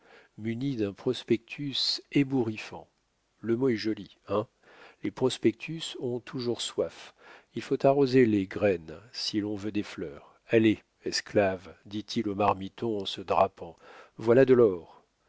muni d'un prospectus ébouriffant le mot est joli hein les prospectus ont toujours soif il faut arroser les graines si l'on veut des fleurs allez esclaves dit-il aux marmitons en se drapant voilà de l'or